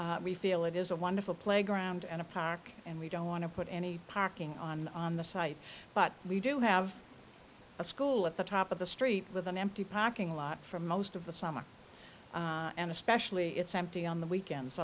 we feel it is a wonderful playground and a park and we don't want to put any parking on on the site but we do have a school at the top of the street with an empty parking lot for most of the summer and especially it's empty on the weekends